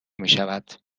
میشود